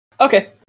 Okay